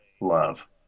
love